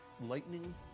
lightning